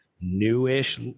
newish